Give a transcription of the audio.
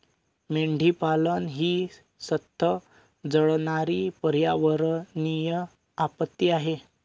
मेंढीपालन ही संथ जळणारी पर्यावरणीय आपत्ती आहे